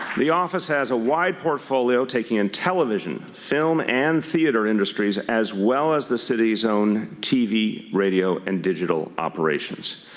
the office has a wide portfolio taking in television, film and theater industries, as well as the city's own tv, radio and digital operations.